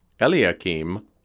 Eliakim